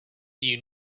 knew